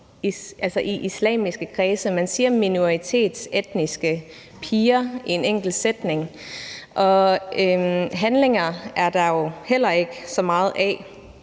islamiske kredse. Man siger minoritetsetniske piger i en enkelt sætning. Handlinger er der jo heller ikke så meget af.